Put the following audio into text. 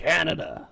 Canada